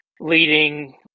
leading